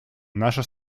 наша